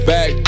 Back